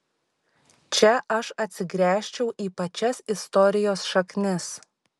čia aš atsigręžčiau į pačias istorijos šaknis